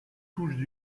touches